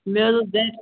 مےٚ حظ اوس گَرِ